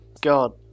God